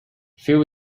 few